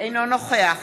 אינו נוכח